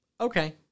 Okay